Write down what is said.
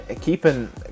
keeping